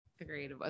Agreed